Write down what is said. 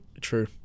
True